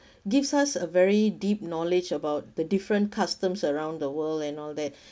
gives us a very deep knowledge about the different customs around the world and all that